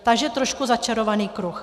Takže trochu začarovaný kruh.